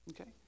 okay